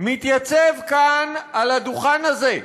מתייצב כאן, על הדוכן הזה,